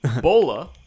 bola